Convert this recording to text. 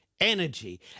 Energy